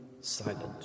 silent